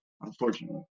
unfortunately